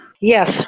Yes